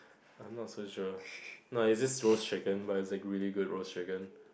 I'm not so sure like it's this roast chicken but it's like really good roast chicken